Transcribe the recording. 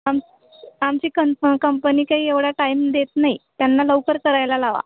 आम आमची कन्फ कंपनी काही एवढा टाईम देत नाही त्यांना लवकर करायला लावा